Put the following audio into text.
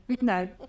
No